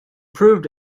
proved